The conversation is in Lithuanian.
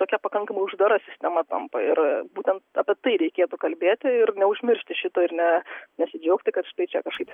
tokia pakankamai uždara sistema tampa ir būtent apie tai reikėtų kalbėti ir neužmiršti šito ir ne nesidžiaugti kad štai čia kažkaip